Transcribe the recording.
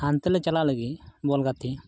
ᱦᱟᱱᱛᱮ ᱞᱮ ᱪᱟᱞᱟᱜ ᱞᱟᱹᱜᱤᱫ ᱵᱚᱞ ᱜᱟᱛᱮ